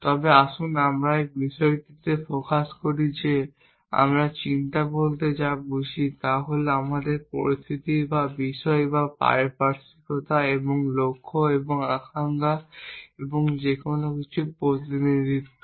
তবে আসুন আমরা এই বিষয়টিতে ফোকাস করি যে আমরা চিন্তা বলতে যা বুঝি তা হল আমাদের পরিস্থিতি বা বিশ্ব বা পারিপার্শ্বিকতা এবং লক্ষ্য এবং আকাঙ্ক্ষা এবং যে কোনও কিছুর প্রতিনিধিত্ব